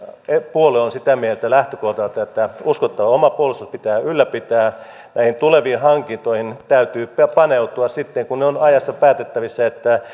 puolue on sitä mieltä lähtökohdiltaan että uskottava oma puolustus pitää ylläpitää näihin tuleviin hankintoihin täytyy paneutua sitten kun ne ovat ajassa päätettävissä että